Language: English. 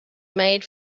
made